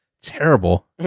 Terrible